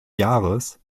jahres